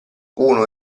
uno